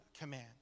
command